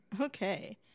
Okay